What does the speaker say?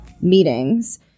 meetings